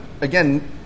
again